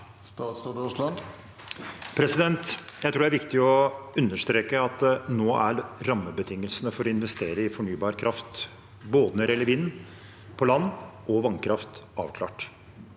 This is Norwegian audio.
Jeg tror det er viktig å understreke at nå er rammebetingelsene for å investere i fornybar kraft, både når det gjelder vind på land og vannkraft, avklart.